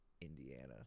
Indiana